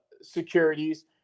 securities